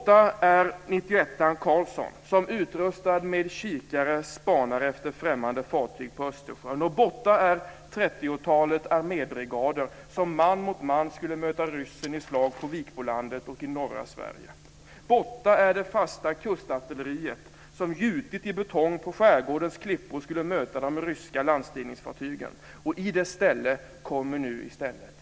30-talets armébrigader som man mot man skulle möta ryssen i slag på Vikbolandet och i norra Sverige. Borta är det fasta kustartilleriet som gjutet i betong på skärgårdens klippor skulle möta de ryska landstigningsfartygen. I dess ställe kommer nu det nya.